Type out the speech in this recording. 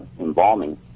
embalming